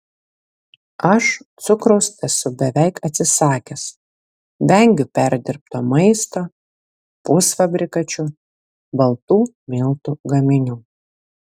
aš cukraus esu beveik atsisakęs vengiu perdirbto maisto pusfabrikačių baltų miltų gaminių